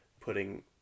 putting